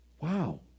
Wow